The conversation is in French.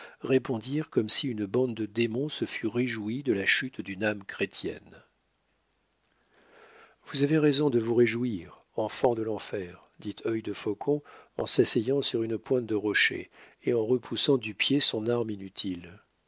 répondirent comme si une bande de démons se fût réjouie de la chute d'une âme chrétienne vous avez raison de vous réjouir enfants de l'enfer dit œil de faucon en s'asseyant sur une pointe de rocher et en repoussant du pied son arme inutile